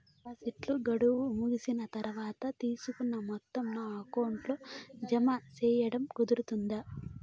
డిపాజిట్లు గడువు ముగిసిన తర్వాత, తీసుకున్న మొత్తం నా అకౌంట్ లో జామ సేయడం కుదురుతుందా?